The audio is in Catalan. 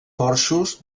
porxos